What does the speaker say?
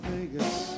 Vegas